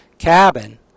cabin